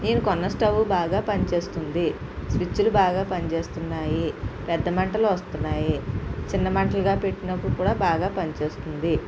నేను కొన్న స్టవ్ బాగా పనిచేస్తుంది స్విచ్లు బాగా పని చేస్తున్నాయి పెద్దమంటలు వస్తున్నాయి చిన్న మంటలుగా పెట్టినప్పుడు కూడా బాగా పని చేస్తుంది